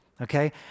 Okay